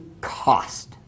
cost